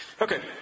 Okay